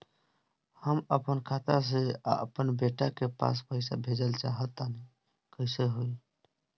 हम आपन खाता से आपन बेटा के पास पईसा भेजल चाह तानि कइसे होई?